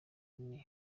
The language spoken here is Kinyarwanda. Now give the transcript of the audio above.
ine